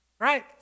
right